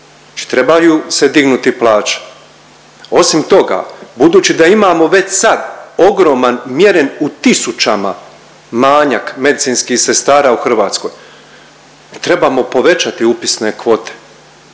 trebaju se dignuti plaće. Osim toga, budući da imamo već sad ogroman mjeren u tisućama manjak medicinskih sestara u Hrvatskoj trebamo povećati upisne kvote